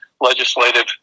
legislative